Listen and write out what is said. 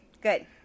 good